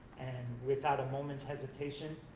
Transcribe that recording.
and without a moment's hesitation,